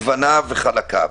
גווניו וחלקיו.